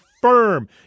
Firm